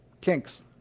kinks